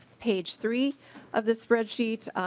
page three of the spreadsheet